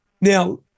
now